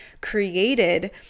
created